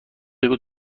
بگو